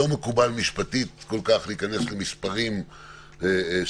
ולא מקובל משפטית כל כך להיכנס למספרים של